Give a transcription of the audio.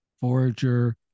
Forager